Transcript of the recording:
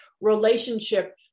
relationship